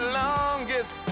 longest